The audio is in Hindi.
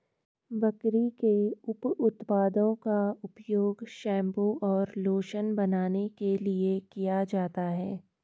बकरी के उप उत्पादों का उपयोग शैंपू और लोशन बनाने के लिए किया जाता है